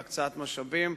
בהקצאת משאבים,